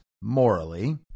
morally